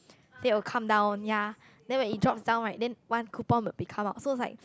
then will come down ya then when it drops down right then one coupon will be come out so it's like